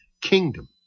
kingdom